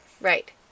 Right